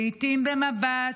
לעיתים במבט,